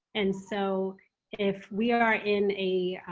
and so if we are in a